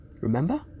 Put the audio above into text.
Remember